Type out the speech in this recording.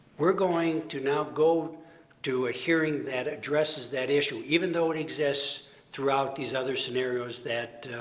we're going to now go to a hearing that addresses that issue, even though it exists throughout these other scenarios that